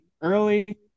early